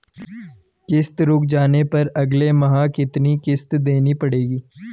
किश्त रुक जाने पर अगले माह कितनी किश्त देनी पड़ेगी?